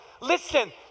listen